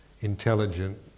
intelligent